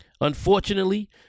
Unfortunately